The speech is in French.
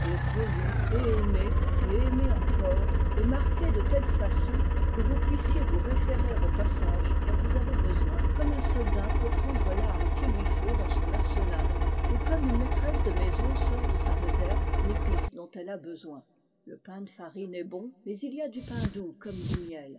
relu et aimé et aimé encore et marqué de telle façon que vous puissiez vous nous connaîtrions plus de nous-mêmes et du christianisme sjlnous étions plus souvent soumis à cette épreuve bible d'n etts h note du traducteur référer au passage dont vous avez besoin comme un soldat peut prendre l'arme qu'il lui faut dans son arsenal ou comme une maîtresse de maison sort de sa réserve l'épice dont elle a besoin le pain de farine est bon mais il y a du pain doux comme du miel